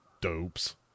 dopes